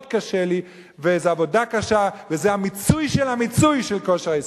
מאוד קשה לי וזו עבודה קשה וזה המיצוי של המיצוי של כושר ההשתכרות.